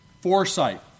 Foresight